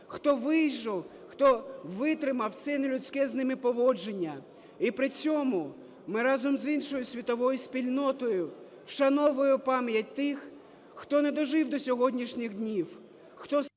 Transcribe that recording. хто вижив, хто витримав це нелюдське з ними поводження. І при цьому ми разом з іншою світовою спільнотою вшановуємо пам'ять тих, хто не дожив до сьогоднішніх днів,